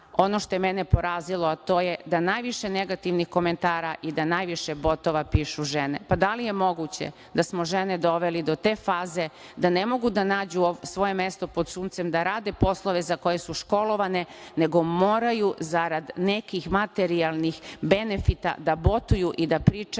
ono što je mene porazilo, to je da najviše negativnih komentara i da najviše botova pišu žene. Pa da li je moguće da smo žene doveli do te faze da ne mogu da nađu svoje mesto pod suncem, da rade poslove za koje su školovane, nego moraju zarad nekih materijalnih benefita da botuju i da pričaju